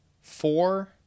four